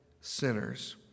sinners